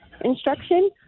instruction